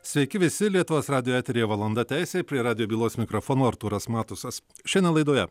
sveiki visi lietuvos radijo eteryje valanda teisei prie radijo bylos mikrofono artūras matusas šiandien laidoje